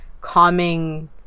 calming